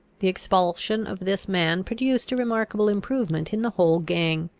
the expulsion of this man produced a remarkable improvement in the whole gang.